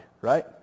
right